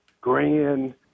grand